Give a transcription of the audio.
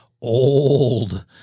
old